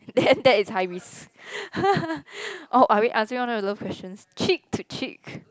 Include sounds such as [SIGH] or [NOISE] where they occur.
then that is high risk [LAUGHS] oh are we I still want to do love questions cheek to cheek